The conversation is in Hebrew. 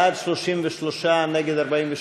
בעד, 33, נגד, 42,